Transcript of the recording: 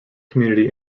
community